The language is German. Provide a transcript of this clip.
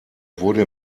wurde